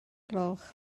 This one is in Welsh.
gloch